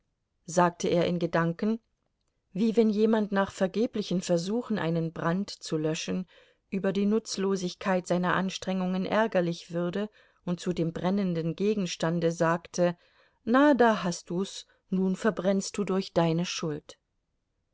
sagte er in gedanken wie wenn jemand nach vergeblichen versuchen einen brand zu löschen über die nutzlosigkeit seiner anstrengungen ärgerlich würde und zu dem brennenden gegenstande sagte na da hast du's nun verbrennst du durch deine schuld